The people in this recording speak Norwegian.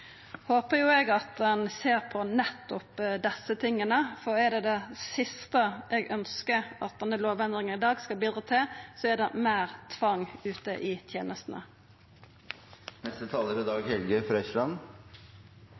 eg at ein ser på nettopp desse tinga, for det siste eg ønskjer at denne lovendringa i dag skal bidra til, er meir tvang ute i